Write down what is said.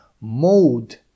Mode